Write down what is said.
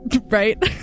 Right